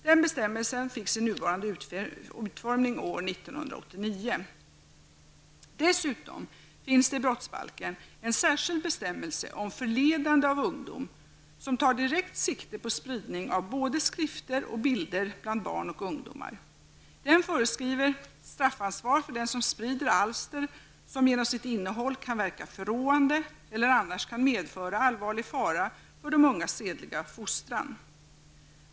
Den bestämmelsen fick sin nuvarande utformning år 1989. Dessutom finns det i brottsbalken en särskild bestämmelse om förledande av ungdom som tar direkt sikte på spridning av både skrifter och bilder bland barn och ungdomar. Den föreskriver straffansvar för den som sprider alster som genom sitt innehåll kan verka förråande eller annars kan meföra allvarlig fara för de ungas sedliga fostran.